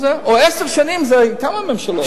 או שעשר שנים זה כמה ממשלות?